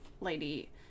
lady